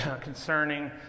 concerning